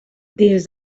dins